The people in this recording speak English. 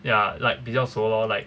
ya like 比较熟 lor like